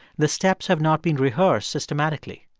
the steps have not been rehearsed systematically.